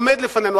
עומד לפנינו,